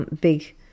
big